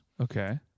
Okay